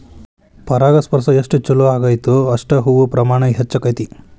ಪರಾಗಸ್ಪರ್ಶ ಎಷ್ಟ ಚುಲೋ ಅಗೈತೋ ಅಷ್ಟ ಹೂ ಪ್ರಮಾಣ ಹೆಚ್ಚಕೈತಿ